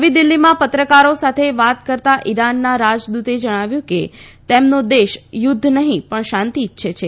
નવી દિલ્ફીમાં પત્રકારો સાથે વાત કરતાં ઇરાનના રાજદૂતે જણાવ્યું કે તેમનો દેશ યુધ્ધ નહીં પણ શાંતિ ઇચ્છે છે